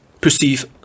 perceive